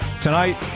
tonight